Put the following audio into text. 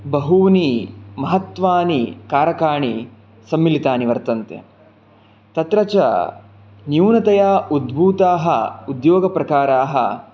बहूनि महत्वानि कारकाणि सम्मिलितानि वर्तन्ते तत्र च न्यूनतया उद्भूताः उद्योगप्रकाराः